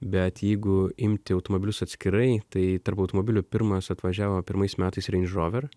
bet jeigu imti automobilius atskirai tai tarp automobilių pirmas atvažiavo pirmais metais range rover